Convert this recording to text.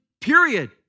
Period